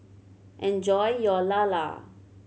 enjoy your lala